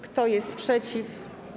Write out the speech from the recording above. Kto jest przeciw?